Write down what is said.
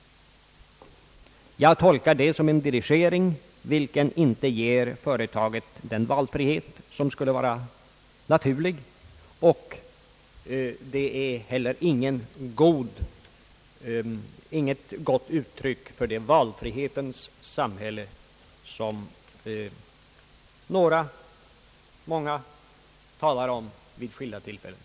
Jag tolkar det som en dirigering vilken inte ger företaget den valfrihet som skulle vara naturlig. Det är heller inget gott uttryck för det valfrihetens samhälle som många talar om vid skilda tillfällen.